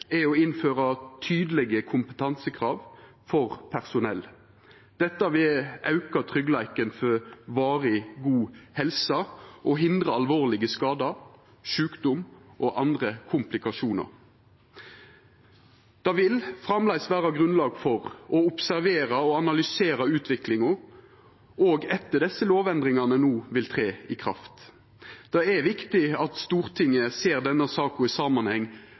er å innføra tydelege kompetansekrav for personell. Dette vil auka tryggleiken for varig god helse og hindra alvorlege skadar, sjukdom og andre komplikasjonar. Det vil framleis vera grunnlag for å observera og analysera utviklinga, òg etter at desse lovendringane no trer i kraft. Det er viktig at Stortinget ser denne saka i samanheng